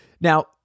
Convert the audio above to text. Now